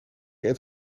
eet